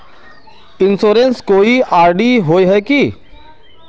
Insurance कोई ID होय है की?